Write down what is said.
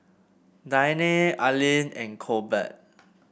Diane Arlyn and Colbert